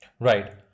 Right